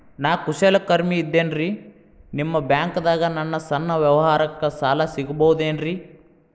ನಾ ಕುಶಲಕರ್ಮಿ ಇದ್ದೇನ್ರಿ ನಿಮ್ಮ ಬ್ಯಾಂಕ್ ದಾಗ ನನ್ನ ಸಣ್ಣ ವ್ಯವಹಾರಕ್ಕ ಸಾಲ ಸಿಗಬಹುದೇನ್ರಿ?